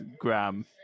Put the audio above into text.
gram